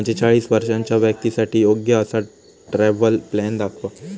पंचेचाळीस वर्षांच्या व्यक्तींसाठी योग्य असा ट्रॅव्हल प्लॅन दाखवा